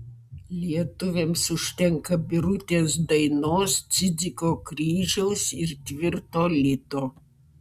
lietuviams užtenka birutės dainos cidziko kryžiaus ir tvirto lito